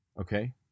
Okay